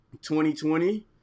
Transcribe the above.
2020